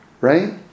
right